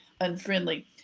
unfriendly